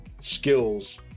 skills